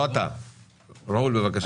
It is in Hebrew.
ראול, בבקשה.